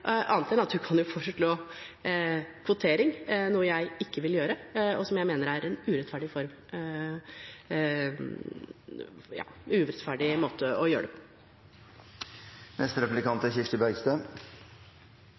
annet enn at man kan foreslå kvotering, noe jeg ikke vil gjøre, fordi jeg mener det er en urettferdig måte å gjøre det på.